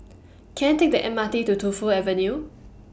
Can I Take The M R T to Tu Fu Avenue